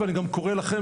ואני גם קורא לכם,